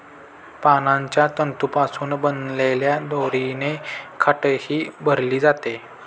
पानांच्या तंतूंपासून बनवलेल्या दोरीने खाटही भरली जाते